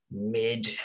mid